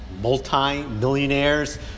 multi-millionaires